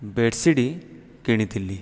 bedsheet କିଣିଥିଲି